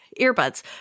earbuds